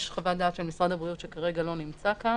יש חוות דעת של משרד הבריאות, שכרגע לא נמצא כאן.